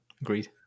Agreed